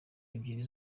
ebyiri